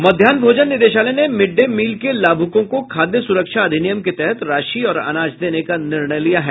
मध्याह्न भोजन निदेशालय ने मिड डे मील के लाभुकों को खाद्य सुरक्षा अधिनियम के तहत राशि और अनाज देने का निर्णय लिया है